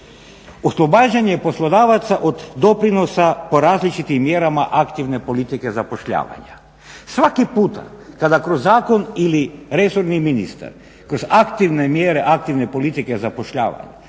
Oslobađanje poslodavaca od doprinosa po različitim mjerama aktivne politike zapošljavanja. Svaki puta kada kroz zakon ili resorni ministar kroz aktivne mjere aktivne politike zapošljavanja